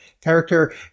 Character